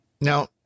Now